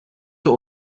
zur